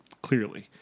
clearly